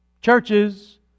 Churches